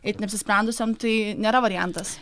eit neapsisprendusiam tai nėra variantas